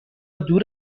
دور